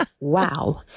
wow